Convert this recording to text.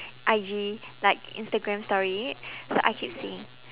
I_G like instagram storying it so I keep seeing